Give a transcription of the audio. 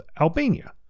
Albania